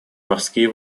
морские